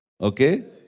okay